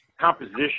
composition